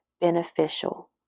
beneficial